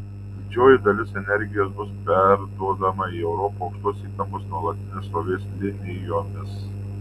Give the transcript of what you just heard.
didžioji dalis energijos bus perduodama į europą aukštos įtampos nuolatinės srovės linijomis